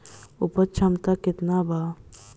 उपज क्षमता केतना वा?